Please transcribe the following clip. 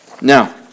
Now